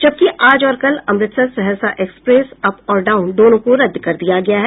जबकि आज और कल अमृतसर सहरसा एक्सप्रेस अप और डाउन दोनों को रद्द कर दिया गया है